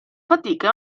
fatica